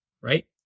right